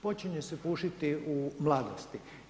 Počinje se pušiti u mladosti.